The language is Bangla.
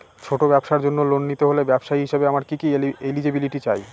ছোট ব্যবসার জন্য লোন নিতে হলে ব্যবসায়ী হিসেবে আমার কি কি এলিজিবিলিটি চাই?